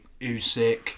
Usyk